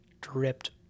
dripped